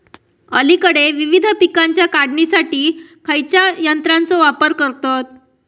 अलीकडे विविध पीकांच्या काढणीसाठी खयाच्या यंत्राचो वापर करतत?